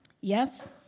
Yes